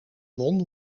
won